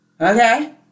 Okay